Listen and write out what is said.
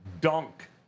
dunk